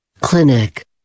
Clinic